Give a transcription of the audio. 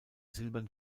silbern